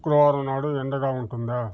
శుక్రవారం నాడు ఎండగా ఉంటుందా